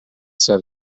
sia